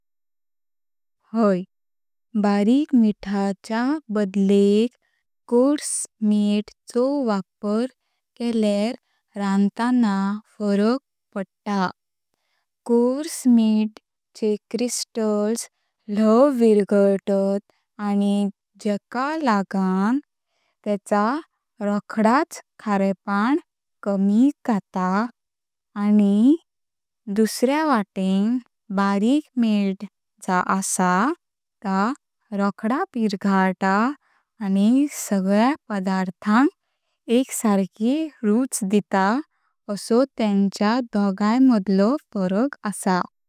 हाय, बारिक मिठाच्या बदले मिठ चो वापर केल्यार रांदताना फरक पडता। मिठ चे ल्हव विरगळतात आनी जेक लगण तेच रौकदाच खरपां कमी जाता आनी दुसऱ्या वातेन् बारिक मिठ जा असा ता रोकदा विरगळता आनी सगळ्या पदार्थाक एकसारकी रूच देता असो तेन्च्या दोघां मध्ये लो फरक असो।